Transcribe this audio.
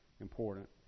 important